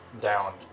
down